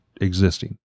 existing